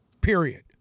Period